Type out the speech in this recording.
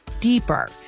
deeper